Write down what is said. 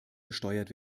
gesteuert